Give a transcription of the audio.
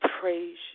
praise